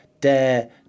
dare